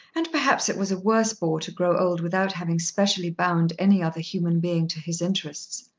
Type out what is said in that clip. and perhaps it was a worse bore to grow old without having specially bound any other human being to his interests.